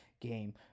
game